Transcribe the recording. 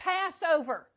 Passover